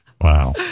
wow